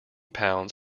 pounds